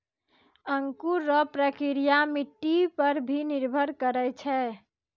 अंकुर रो प्रक्रिया मट्टी पर भी निर्भर करै छै